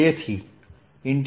તેથી E